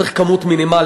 צריך מספר מינימלי,